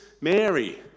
mary